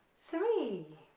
three